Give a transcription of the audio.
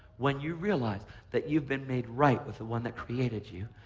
when you realize that you've been made right with the one that created you,